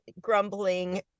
grumbling